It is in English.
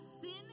sin